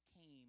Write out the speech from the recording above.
came